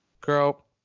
Girl